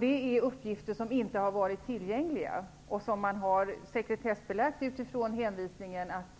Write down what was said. Det är uppgifter som inte har varit tillgängliga, som har sekretessbelagts med hänvisningen att